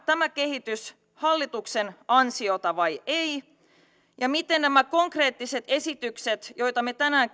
tämä kehitys hallituksen ansiota vai ei ja miten nämä konkreettiset esitykset joita me tänään